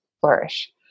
flourish